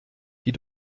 die